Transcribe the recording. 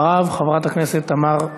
אחריו, חברת הכנסת תמר זנדברג.